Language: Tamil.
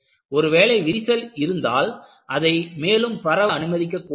ஒருவேளை விரிசல் இருந்தால் அதை மேலும் பரவ அனுமதிக்கக் கூடாது